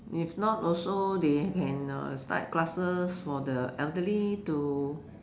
if not also they can uh start classes for the elderly to